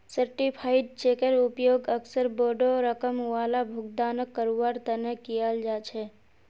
certified चेकेर उपयोग अक्सर बोडो रकम वाला भुगतानक करवार तने कियाल जा छे